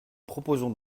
proposons